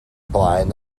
blaen